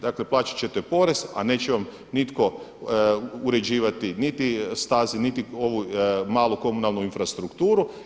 Dakle, plaćat ćete porez, a neće vam nitko uređivati niti staze niti ovu malu komunalnu infrastrukturu.